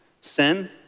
sin